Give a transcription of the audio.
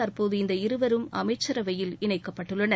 தற்போது இந்த இருவரும் அமைச்சரவையில் இணைக்கப்பட்டுள்ளனர்